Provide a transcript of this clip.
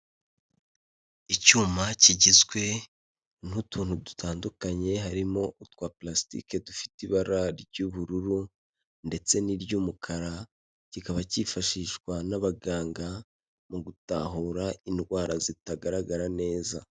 Icyuma kigizwe n'utuntu dutandukanye, harimo utwa pulasitike dufite ibara ry'ubururu ndetse n'iry'umukara, kikaba cyifashishwa n'abaganga mu gutahura indwara zitagaragara neza.